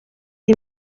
iyi